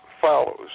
follows